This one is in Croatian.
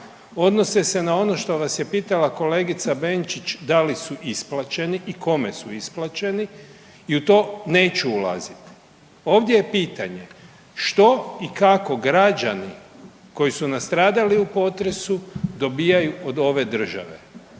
odnose se na ono što vas je pitala kolegica Benčić da li su isplaćeni i kome su isplaćeni i u to neću ulaziti. Ovdje je pitanje što i kako građani koji su nastradali u potresu dobijaju od ove države.